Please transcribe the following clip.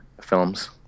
films